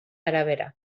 arabera